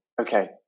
okay